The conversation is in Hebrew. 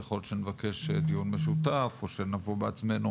יכול להיות שנבקש דיון משותף או שנבוא בעצמנו